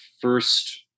first